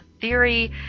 theory